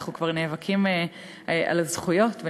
ואנחנו כבר נאבקים על הזכויות,